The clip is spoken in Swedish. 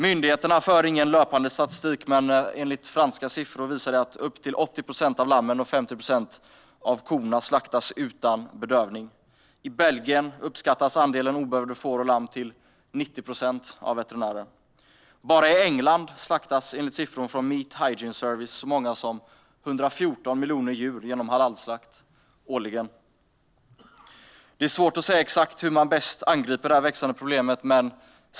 Myndigheterna för ingen löpande statistik, men franska siffror visar att upp till 80 procent av lammen och 15 procent av korna slaktas utan bedövning. I Belgien uppskattar veterinärer andelen obedövade får och lamm till 90 procent. Bara i England slaktas, enligt siffror från Meat Hygiene Service, så många som 114 miljoner djur genom halalslakt - årligen. Det är svårt att säga exakt hur man bäst angriper det här växande problemet.